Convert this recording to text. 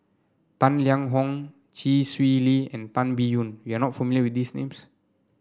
Tang Liang Hong Chee Swee Lee and Tan Biyun you are not familiar with these names